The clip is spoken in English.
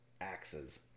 axes